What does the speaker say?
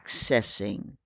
accessing